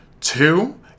Two